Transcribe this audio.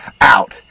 out